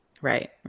Right